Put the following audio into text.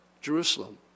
Jerusalem